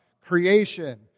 Creation